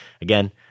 Again